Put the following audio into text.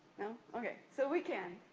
no, okay. so, we can.